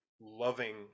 loving